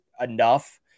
enough